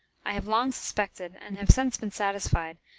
i have long suspected, and have since been satisfied,